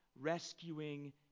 rescuing